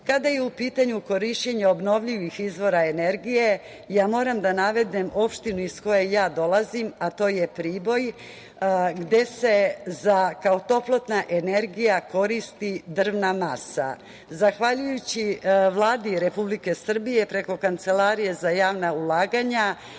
je u pitanju korišćenje obnovljivih izvora energije, moram da navedem opštinu iz koje ja dolazim, a to je Priboj, gde se kao toplotna energija koristi drvna masa. Zahvaljujući Vladi Republike Srbije, preko Kancelarije za javna ulaganja,